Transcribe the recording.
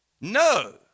No